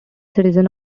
citizen